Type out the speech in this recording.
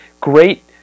great